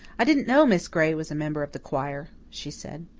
i didn't know miss gray was a member of the choir, she said.